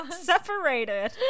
separated